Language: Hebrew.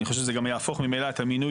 אני חושב שזה גם יהפוך ממילא את המינוי